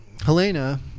Helena